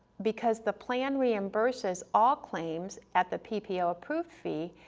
because the plan reimburses all claims at the ppo approved fee,